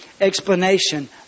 explanation